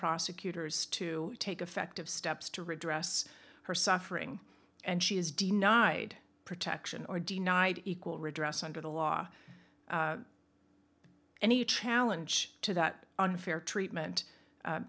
prosecutors to take effective steps to redress her suffering and she is denied protection or denied equal redress under the law any challenge to that unfair treatment